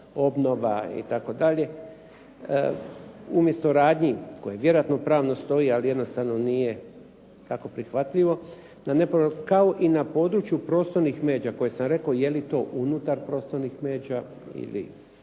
obnova itd. Umjesto radnji koje vjerojatno pravno stoji, ali jednostavno nije tako prihvatljivo, kao i na području prostornih međa koje sam rekao je li to unutar prostornih međa ili